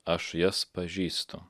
aš jas pažįstu